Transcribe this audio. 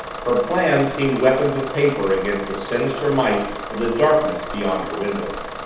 her plans seemed weapons of paper against the sinister might of the darkness beyond her windows.